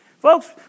Folks